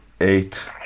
eight